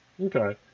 Okay